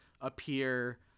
appear